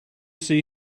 see